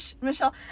Michelle